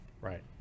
Right